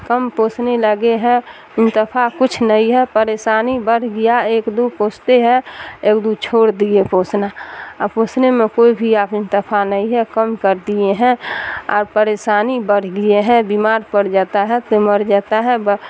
کم پوسنے لگے ہیں منافع کچھ نہیں ہے پریشانی بڑھ گیا ایک دو پوستے ہیں ایک دو چھوڑ دیے پوسنا اور پوسنے میں کوئی بھی آپ منافع نہیں ہے کم کر دیے ہیں اور پریشانی بڑھ گیا ہیں بیمار پڑ جاتا ہے تو مر جاتا ہے